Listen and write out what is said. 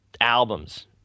albums